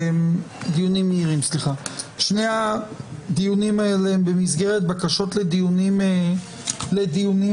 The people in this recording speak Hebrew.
שני הדיונים האלה הם במסגרת בקשות לדיונים מהירים.